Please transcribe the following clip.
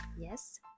Yes